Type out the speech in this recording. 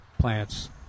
plants